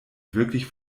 wirklich